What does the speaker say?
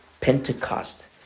Pentecost